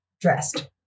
Dressed